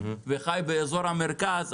וחי באזור המרכז,